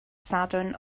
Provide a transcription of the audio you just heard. sadwrn